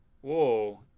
Whoa